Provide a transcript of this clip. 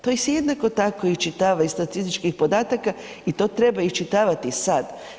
To se jednako tako iščitava iz statističkih podataka i to treba iščitavati i sada.